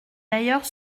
d’ailleurs